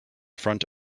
front